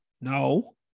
No